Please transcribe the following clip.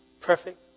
perfect